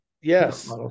Yes